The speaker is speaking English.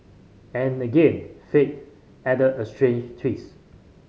and again fate added a strange twist